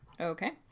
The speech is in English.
Okay